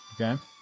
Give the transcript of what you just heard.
Okay